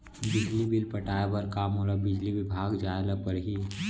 बिजली बिल पटाय बर का मोला बिजली विभाग जाय ल परही?